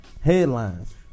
headlines